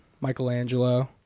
Michelangelo